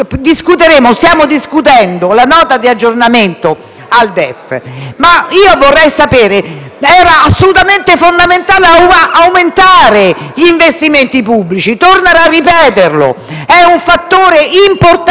che stiamo discutendo la Nota di aggiornamento al DEF ed era assolutamente fondamentale aumentare gli investimenti pubblici; torno a ripeterlo: è un fattore importante